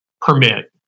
permit